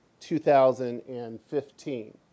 2015